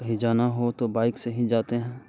कहीं जाना हो तो बाइक से ही जाते हैं